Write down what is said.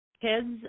kids